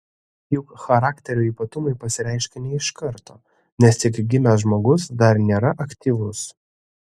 juk charakterio ypatumai pasireiškia ne iš karto nes tik gimęs žmogus dar nėra aktyvus